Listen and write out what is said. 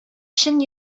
чын